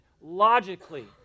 logically